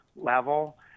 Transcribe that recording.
level